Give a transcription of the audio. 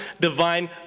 divine